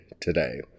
today